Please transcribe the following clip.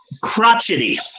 Crotchety